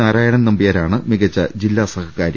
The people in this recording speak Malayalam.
നാരാ യണൻ നമ്പ്യാരാണ് മികച്ച ജില്ലാ സഹകാരി